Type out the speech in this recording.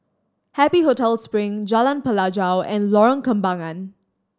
Happy Hotel Spring Jalan Pelajau and Lorong Kembangan